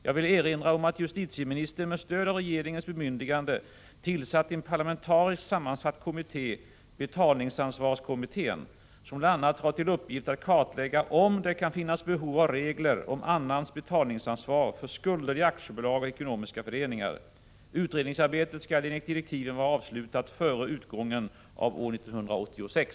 Jag vill erinra om att justitieministern med stöd av regeringens bemyndigande tillsatt en parlamentariskt sammansatt kommitté, betalningsansvarskommittén , som bl.a. har till uppgift att kartlägga om det kan finnas behov av regler om annans betalningsansvar för skulder i aktiebolag och ekonomiska föreningar. Utredningsarbetet skall enligt direktiven vara avslutat före utgången av år 1986.